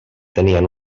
tenien